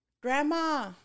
Grandma